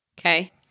Okay